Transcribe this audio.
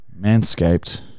manscaped